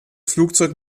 flugzeug